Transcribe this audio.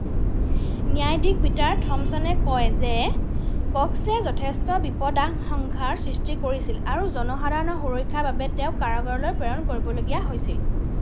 ন্যায়াধীশ পিটাৰ থম্পছনে কয় যে কক্সে যথেষ্ট বিপদাশংকাৰ সৃষ্টি কৰিছিল আৰু জনসাধাৰণৰ সুৰক্ষাৰ বাবে তেওঁক কাৰাগাৰলৈ প্ৰেৰণ কৰিবলগীয়া হৈছিল